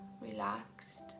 relaxed